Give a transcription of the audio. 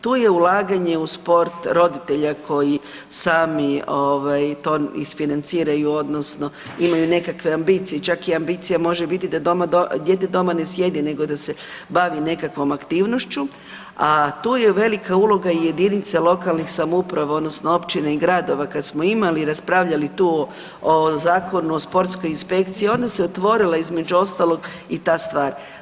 Tu je ulaganje u sport roditelja koji sami to isfinanciraju odnosno imaju nekakve ambicije, čak i ambicija može biti da dijete doma ne sjeti nego da se bavi nekakvom aktivnošću, a tu je i velika uloga i jedinica lokalnih samouprava odnosno općina i gradova, kad smo imali i raspravljali tu o Zakonu o sportskoj inspekciji onda se otvorila između ostalog i ta stvar.